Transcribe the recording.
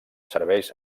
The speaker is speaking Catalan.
serveis